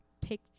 take